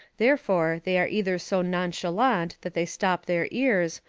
therefore, they are either so nonchalant that they stop their ears,